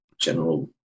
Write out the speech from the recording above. general